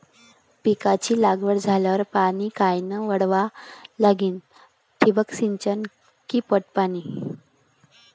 पिकाची लागवड झाल्यावर पाणी कायनं वळवा लागीन? ठिबक सिंचन की पट पाणी?